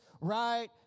right